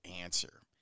answer